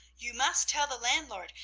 you must tell the landlord,